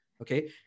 okay